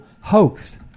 hoax